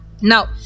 Now